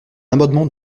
amendement